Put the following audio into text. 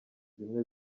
zimwe